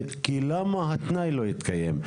למה התנאי לא התקיים?